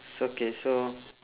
so K so